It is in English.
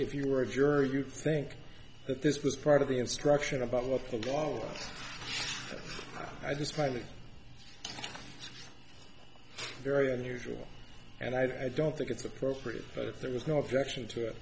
if you were a juror you think that this was part of the instruction of all of the long i just find it very unusual and i don't think it's appropriate but if there was no objection to it